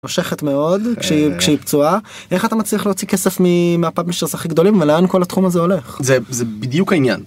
מושכת מאוד כשהיא, כשהיא פצועה. איך אתה מצליח להוציא כסף מ.. מה-publishers הכי גדולים ולאן כל התחום הזה הולך? זה בדיוק העניין.